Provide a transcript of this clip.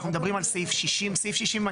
אנחנו מדברים על סעיף 60. סעיף 60,